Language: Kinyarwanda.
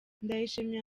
ndayishimiye